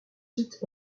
sites